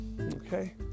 Okay